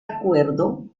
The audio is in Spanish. acuerdo